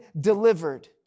delivered